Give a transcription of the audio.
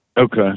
Okay